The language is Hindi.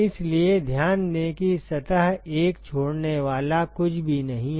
इसलिए ध्यान दें कि सतह 1 छोड़ने वाला कुछ भी नहीं है